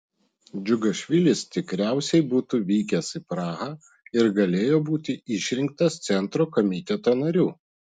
džiugašvilis tikriausiai būtų vykęs į prahą ir galėjo būti išrinktas centro komiteto nariu